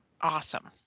awesome